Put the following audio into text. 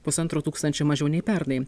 pusantro tūkstančio mažiau nei pernai